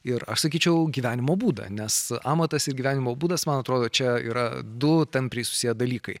ir aš sakyčiau gyvenimo būdą nes amatas ir gyvenimo būdas man atrodo čia yra du tampriai susiję dalykai